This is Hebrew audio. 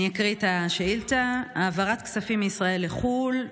אקריא את השאילתה: העברת כספים מישראל לחו"ל.